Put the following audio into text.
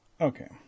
Okay